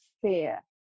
fear